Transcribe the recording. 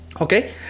okay